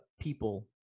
people